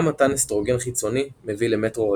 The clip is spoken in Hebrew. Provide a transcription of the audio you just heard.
גם מתן אסטרוגן חיצוני מביא למטרורגיה.